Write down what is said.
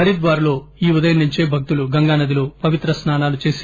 హరిద్వార్ లో ఈ ఉదయం నుంచే భక్తులు గంగానదిలో పవిత్ర స్నానాలు చేసి